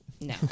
No